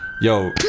Yo